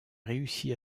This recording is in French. réussit